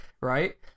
right